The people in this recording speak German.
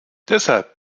deshalb